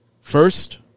First